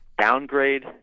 downgrade